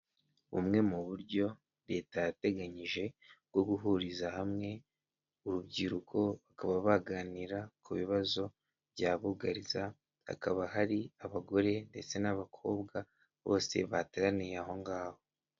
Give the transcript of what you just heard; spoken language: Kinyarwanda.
Bumwe m'uburyo leta yateganyije bwo guhuriza hamwe urubyiruko bakaba baganira ku bibazo bya bugariza hakaba hari abagore ndetse n'abakobwa bose bateraniye aho ngaho.